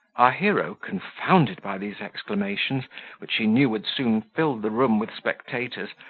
our hero, confounded by these exclamation, which he knew would soon fill the room with spectators,